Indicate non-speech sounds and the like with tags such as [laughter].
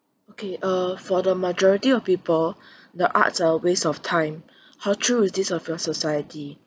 okay uh for the majority of people [breath] the arts are a waste of time [breath] how true is this of your society